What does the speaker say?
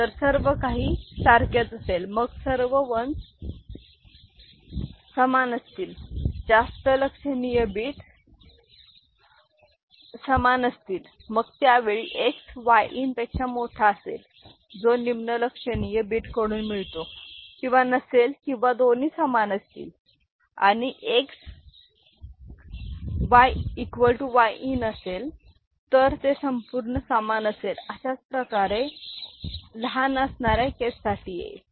तर सर्व काही सारखेच असेल मग सर्व 1्स समान असतील जास्त लक्षणीय बिट्स समान असतील मग त्यावेळी X Yin पेक्षा मोठा असेल जो निम्न लक्षणीय बीट कडून मिळतो किवा नसेल किंवा दोन्ही समान असतील आणि X Yin असेल तर तर ते संपूर्ण समान असेल अशाच प्रकारे लहान असणाऱ्या केस साठी येईल